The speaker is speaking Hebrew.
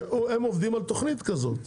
שהם עובדים על תוכנית כזאת,